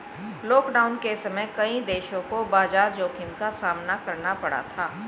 lockdown के समय कई देशों को बाजार जोखिम का सामना करना पड़ा था